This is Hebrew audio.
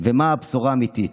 ומה הבשורה האמיתית?